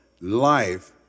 life